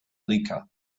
rica